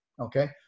Okay